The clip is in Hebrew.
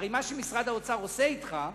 הרי מה שמשרד האוצר עושה אתך הוא,